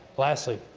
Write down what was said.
lastly,